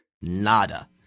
Nada